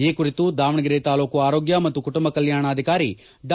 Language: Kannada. ಈ ಕುರಿತು ದಾವಣಗೆರೆ ತಾಲೂಕು ಆರೋಗ್ಯ ಮತ್ತು ಕುಟುಂಬ ಕಲ್ಕಾಣಾಧಿಕಾರಿ ಡಾ